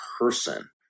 person